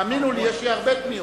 תאמינו לי, יש לי הרבה פניות,